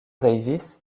davis